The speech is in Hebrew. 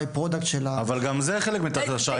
By Product של --- אבל גם זה חלק מתהליך ההכשרה.